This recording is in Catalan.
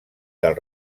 del